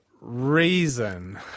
reason